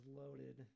loaded